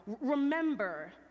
Remember